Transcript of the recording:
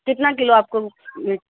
کتنا کلو آپ کو